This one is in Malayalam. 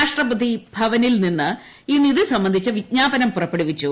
രാഷ്ട്രപതി ഭവനിൽ നിന്ന് ഇന്ന് ഇതു സംബന്ധിച്ച വിഞ്ജാപനം പുറപ്പെടുവിച്ചു